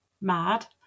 mad